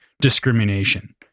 discrimination